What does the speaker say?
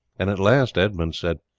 and at last edmund said